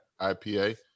IPA